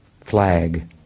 flag